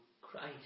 Christ